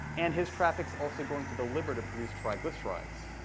and his traffic's also going to the liver to produce triglycerides.